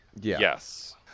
Yes